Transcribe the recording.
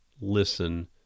listen